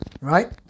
right